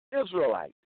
Israelite